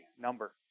number